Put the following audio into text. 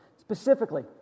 Specifically